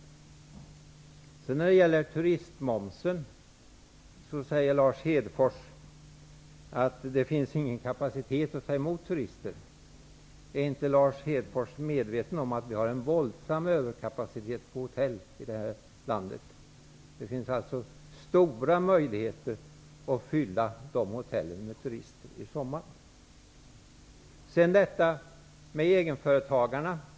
Lars Hedfors säger angående turistmomsen att det inte finns någon kapacitet att ta emot turister. Är inte Lars Hedfors medveten om att det finns en våldsam överkapacitet på hotellen i det här landet? Det finns stora möjligheter att fylla dessa hotell med turister i sommar. Vidare har vi frågan om egenföretagarna.